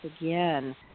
again